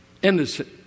Innocent